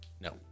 No